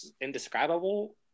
indescribable